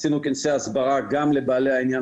עשינו כנסי הסברה גם לבעלי העניין